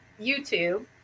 YouTube